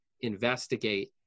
investigate